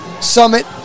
Summit